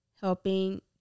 helping